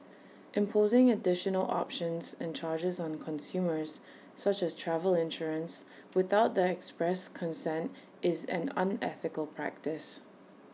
imposing additional options and charges on consumers such as travel insurance without their express consent is an unethical practice